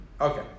Okay